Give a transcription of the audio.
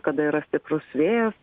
kada yra stiprus vėjas